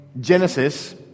Genesis